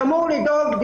שאמור לדאוג להכשרות.